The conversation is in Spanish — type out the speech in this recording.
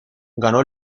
ganó